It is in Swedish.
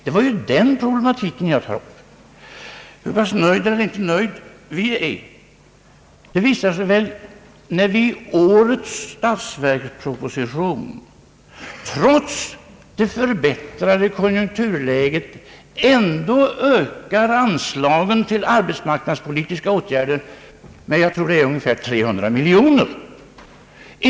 Det var den problematiken jag tog upp. Hur pass nöjda eller inte nöjda vi är visar väl det förhållandet att vi i årets statsverksproposition — trots det förbättrade konjunkturläget — vill öka anslagen till arbetsmarknadspolitiska åtgärder med, om jag minns rätt, ungefär 300 miljoner kronor.